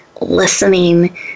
listening